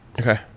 Okay